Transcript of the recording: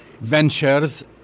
ventures